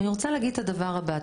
אבל אני רוצה להגיד את הדבר הבא.